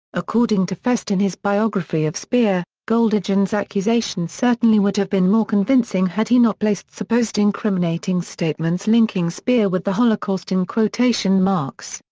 according to fest in his biography of speer, goldhagen's accusation certainly would have been more convincing had he not placed supposed incriminating statements linking speer with the holocaust in quotation marks,